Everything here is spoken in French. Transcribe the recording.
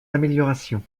améliorations